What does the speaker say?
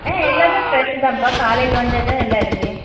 ஆ எல்லாமே ஃபிரெஷு தான்பா காலையில் வந்தது தான் எல்லாம் இருக்கு